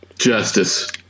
Justice